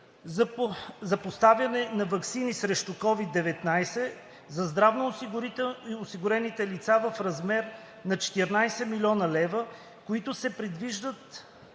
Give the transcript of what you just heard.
за поставяне на ваксини срещу COVID-19 за здравноосигурените лица в размер на 14 000 хил. лв., които се предвиждат